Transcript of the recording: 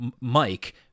Mike